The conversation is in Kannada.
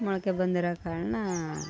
ಮೊಳಕೆ ಬಂದಿರೋ ಕಾಳನ್ನ